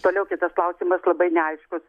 toliau kitas klausimas labai neaiškus